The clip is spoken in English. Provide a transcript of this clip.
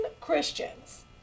Christians